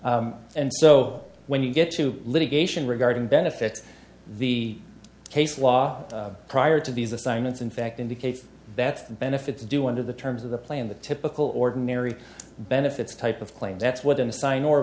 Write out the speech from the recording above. rule and so when you get to litigation regarding benefits the case law prior to these assignments in fact indicates that the benefits do under the terms of the plan the typical ordinary benefits type of claim that's what in a sign or